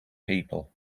people